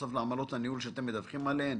בנוסף לעמלות הניהול שאתם מדווחים עליהן).